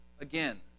again